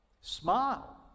Smile